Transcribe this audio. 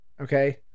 Okay